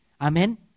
Amen